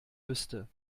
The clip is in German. wüsste